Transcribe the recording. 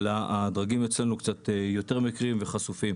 הדרגים אצלנו קצת יותר מכירים וחשופים.